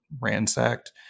ransacked